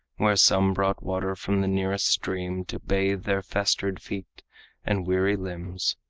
where some brought water from the nearest stream to bathe their festered feet and weary limbs,